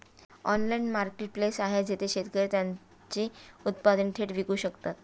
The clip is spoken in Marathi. ऑनलाइन मार्केटप्लेस आहे जिथे शेतकरी त्यांची उत्पादने थेट विकू शकतात?